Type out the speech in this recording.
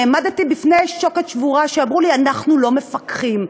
עמדתי בפני שוקת שבורה, אמרו לי: אנחנו לא מפקחים,